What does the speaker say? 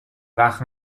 وقت